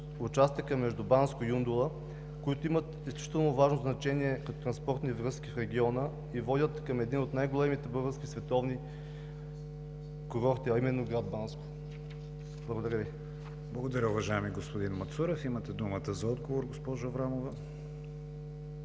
участъка между Банско и Юндола, които имат изключително важно значение като транспортни връзки в региона и водят към един от най големите български и световни курорти, а именно град Банско? Благодаря Ви. ПРЕДСЕДАТЕЛ КРИСТИАН ВИГЕНИН: Благодаря, уважаеми господин Мацурев. Имате думата за отговор, госпожо Аврамова.